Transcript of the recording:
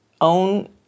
own